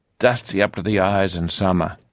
dusty up to the eyes in summer,